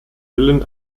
willen